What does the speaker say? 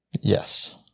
Yes